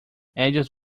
ellos